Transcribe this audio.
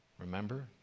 Remember